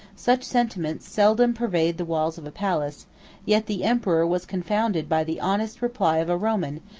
such sentiments seldom pervade the walls of a palace yet the emperor was confounded by the honest reply of a roman,